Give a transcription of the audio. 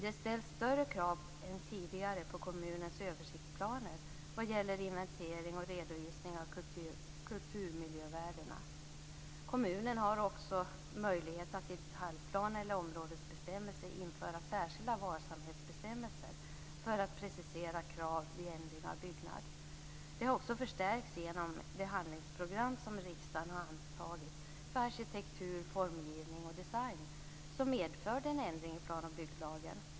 Det ställs större krav än tidigare på kommunens översiktsplaner vad gäller inventering och redovisning av kulturmiljövärdena. Kommunen har också möjlighet att i detaljplan eller områdesbestämmelser införa särskilda varsamhetsbestämmelser för att precisera krav vid ändring av byggnad. Det har också förstärkts genom det handlingsprogram som riksdagen antagit för arkitektur, formgivning och design, som medförde en ändring i plan och bygglagen.